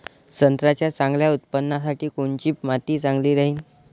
संत्र्याच्या चांगल्या उत्पन्नासाठी कोनची माती चांगली राहिनं?